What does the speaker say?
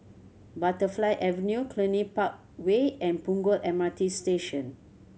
Butterfly Avenue Cluny Park Way and Punggol M R T Station